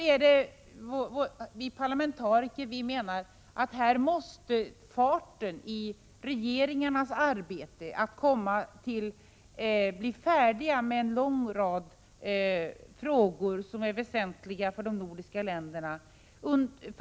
Vi parlamentariker menar att regeringarna under kommande år faktiskt måste bli färdiga med sitt arbete i en lång rad frågor, som är väsentliga för de nordiska länderna.